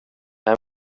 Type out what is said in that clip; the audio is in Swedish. nej